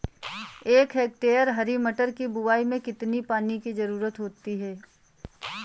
एक हेक्टेयर हरी मटर की बुवाई में कितनी पानी की ज़रुरत होती है?